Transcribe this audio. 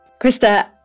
Krista